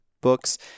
books